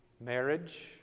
Marriage